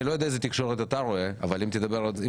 אני לא יודע איזו תקשורת אתה רואה אבל אם תדבר עם